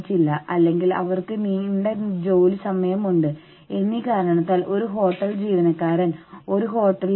കൂടാതെ അവർ ഇത്രയധികം ലാഭം കാണുന്നു നിങ്ങൾക്കറിയാമോ ഇതാണ് സ്ഥാപനം ഉണ്ടാക്കിയ ലാഭം